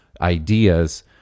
ideas